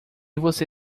você